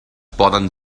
poden